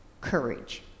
courage